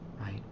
right